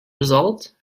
result